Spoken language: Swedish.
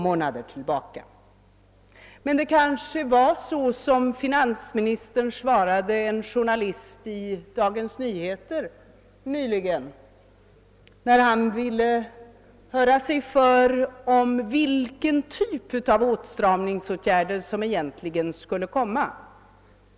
Men det kanske är så, som finansministern svarade en journalist i Dagens Nyheter nyligen, när denne ville höra sig för om vilken typ av åtstramningsåtgärder som skulle vara att vänta.